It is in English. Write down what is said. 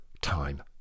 time